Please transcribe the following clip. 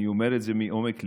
אני אומר את זה מעומק ליבי,